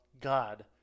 God